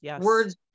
Words